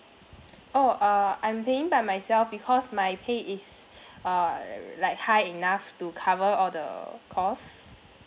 oh uh I'm paying by myself because my pay is uh like high enough to cover all the costs